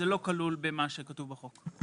זה לא כלול במה שכתוב בחוק.